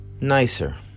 nicer